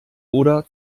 oder